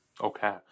Okay